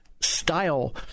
style